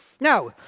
Now